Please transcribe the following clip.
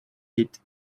hit